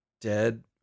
dead